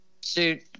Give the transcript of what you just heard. suit